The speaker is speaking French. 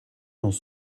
dans